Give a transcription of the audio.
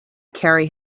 carry